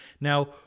now